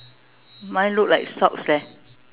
mine look like socks leh